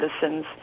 citizens